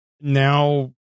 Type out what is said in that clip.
now